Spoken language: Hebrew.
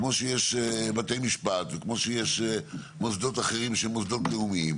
כמו שיש בתי משפט וכמו שיש מוסדות אחרים שהם מוסדות לאומיים,